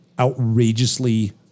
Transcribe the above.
outrageously